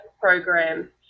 program